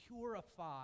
purify